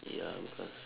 ya because